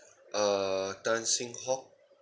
uh tan seng hock